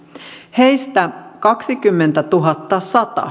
heistä kaksikymmentätuhattasata